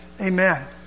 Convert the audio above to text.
Amen